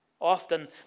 Often